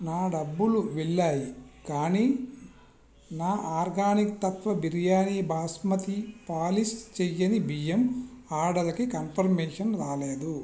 నా డబ్బులు వెళ్ళాయి కానీ నా ఆర్గానిక్ తత్వ బిర్యానీ బాస్మతి పాలిష్ చెయ్యని బియ్యం ఆర్డర్కి కన్ఫర్మేషన్ రాలేదు